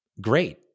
great